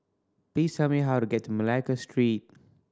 please tell me how to get to Malacca Street